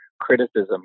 criticism